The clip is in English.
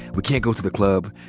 we can't go to the club.